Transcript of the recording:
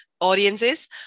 audiences